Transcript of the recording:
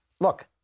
look